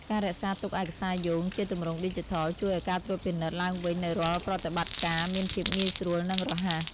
ការរក្សាទុកឯកសារយោងជាទម្រង់ឌីជីថល ជួយឱ្យការត្រួតពិនិត្យឡើងវិញនូវរាល់ប្រតិបត្តិការមានភាពងាយស្រួល និងរហ័ស។